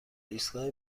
ایستگاه